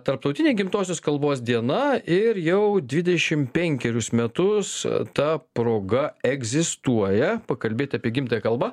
tarptautinė gimtosios kalbos diena ir jau dvidešimt penkerius metus ta proga egzistuoja pakalbėti apie gimtąją kalbą